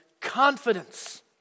confidence